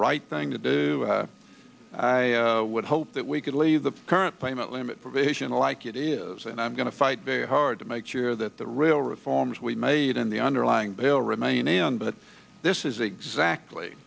right thing to do i would hope that we could leave the current payment limit provision like it is and i'm going to fight very hard to make sure that the real reforms we made in the underlying bill remain and but this is exactly